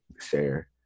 share